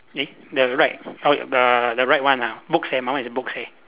eh the right oh the the right one ah books eh my one is books eh